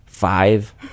five